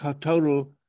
total